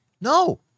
No